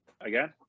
again